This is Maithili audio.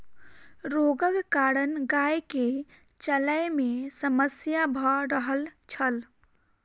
रोगक कारण गाय के चलै में समस्या भ रहल छल